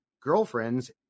girlfriends